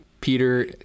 Peter